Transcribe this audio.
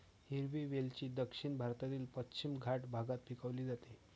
हिरवी वेलची दक्षिण भारतातील पश्चिम घाट भागात पिकवली जाते